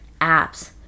apps